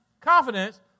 confidence